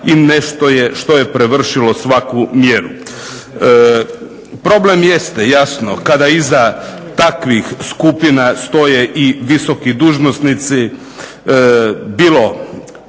i nešto je što je prevršilo svaku mjeru. Problem jeste jasno kada iza takvih skupina stoje i visoki dužnosnici bilo